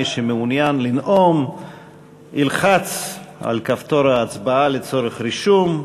מי שמעוניין לנאום ילחץ על כפתור ההצבעה לצורך רישום.